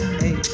hey